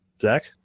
Zach